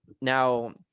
Now